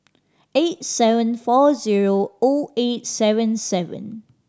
eight seven four zero O eight seven seven